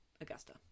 Augusta